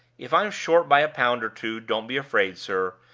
if i'm short by a pound or two, don't be afraid, sir.